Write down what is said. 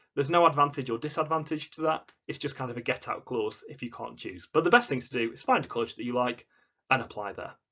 there's no advantage or disadvantage to that it's just kind of a get out clause if you can't choose. but the best thing to do is find a college that you like and apply there.